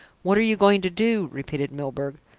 what are you going to do? repeated milburgh,